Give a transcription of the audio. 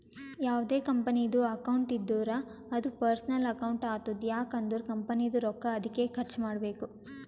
ಯಾವ್ದೇ ಕಂಪನಿದು ಅಕೌಂಟ್ ಇದ್ದೂರ ಅದೂ ಪರ್ಸನಲ್ ಅಕೌಂಟ್ ಆತುದ್ ಯಾಕ್ ಅಂದುರ್ ಕಂಪನಿದು ರೊಕ್ಕಾ ಅದ್ಕೆ ಖರ್ಚ ಮಾಡ್ಬೇಕು